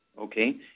Okay